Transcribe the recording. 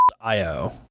.io